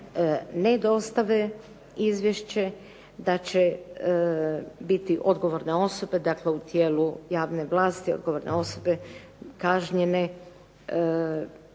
ne dostave izvješće da će biti odgovorne osobe. Dakle, u tijelu javne vlasti odgovorne osobe kažnjene